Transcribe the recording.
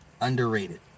Underrated